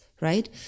right